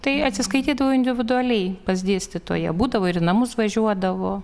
tai atsiskaitydavo individualiai pas dėstytoją būdavo ir į namus važiuodavo